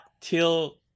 till